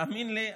תאמין לי,